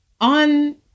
on